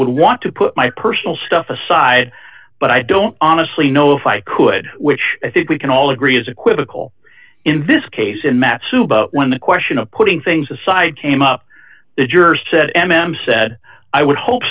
would want to put my personal stuff aside but i don't honestly know if i could which i think we can all agree is equivocal in this case in matt soup when the question of putting things aside came up the jurors said m m said i would hope